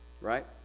right